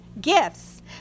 gifts